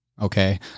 okay